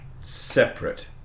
separate